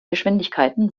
geschwindigkeiten